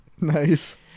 Nice